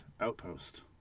Outpost